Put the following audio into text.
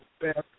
best